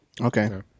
Okay